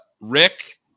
Rick